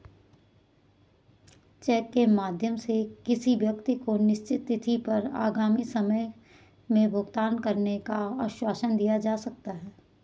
check के माध्यम से किसी व्यक्ति को निश्चित तिथि पर आगामी समय में भुगतान करने का आश्वासन दिया जा सकता है